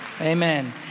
Amen